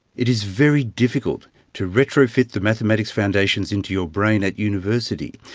it is very difficult to retrofit the mathematics foundations into your brain at university,